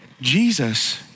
Jesus